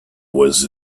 was